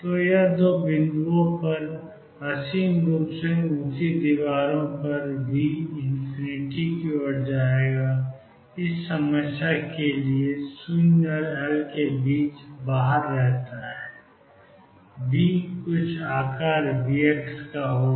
तो यह दो बिंदुओं पर असीम रूप से ऊंची दीवारों V→∞ के साथ समस्या है और 0 और L के बीच बाहर रहता है V कुछ आकार V है